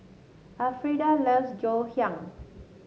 Alfreda loves Ngoh Hiang